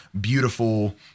beautiful